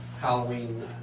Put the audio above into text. Halloween